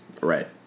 Right